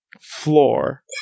floor